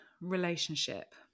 relationship